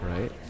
Right